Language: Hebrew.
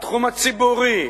התחום הציבורי,